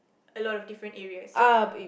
a lot of different areas so